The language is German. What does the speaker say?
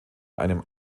einem